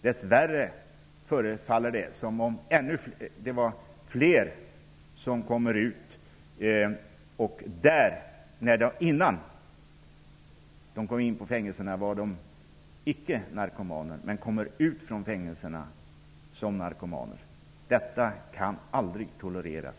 Dess värre förefaller det som om flera kommer ut från fängelset såsom narkomaner, fastän de när de togs in på fängelset inte var narkomaner. Detta kan aldrig tolereras.